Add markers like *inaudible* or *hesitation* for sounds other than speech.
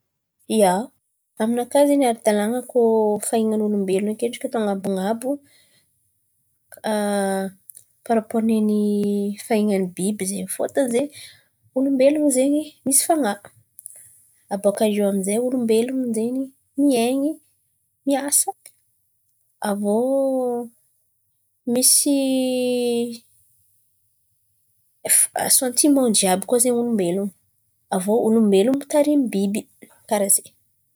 Ia, aminàka zen̈y ara-dalàn̈a kôa fahin̈an'olombelon̈o akendriky atao an̈abon̈abo *hesitation* parapôro fahin̈an'ny biby zen̈y fôtony zen̈y olombelon̈o zen̈y misy fan̈ahy. Abôkà eo amin'zay olombelon̈o zen̈y miain̈y, miasa, avy iô misy sentiman jiàby koa zen̈y olombelon̈o. Avy iô olombelon̈o mitarimy biby.